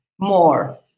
more